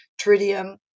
Tritium